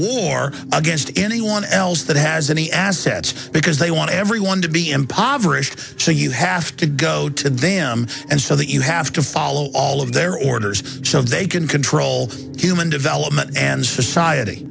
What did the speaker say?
war against anyone else that has any assets because they want everyone to be impoverished so you have to go to them and so that you have to follow all of their orders so they can control human development and society